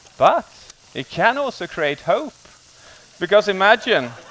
but, it can also create hope because imagine.